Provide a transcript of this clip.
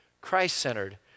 Christ-centered